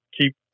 keep